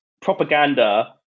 propaganda